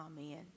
Amen